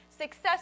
Success